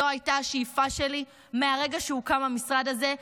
זו הייתה השאיפה שלי מהרגע שהוקם המשרד הזה,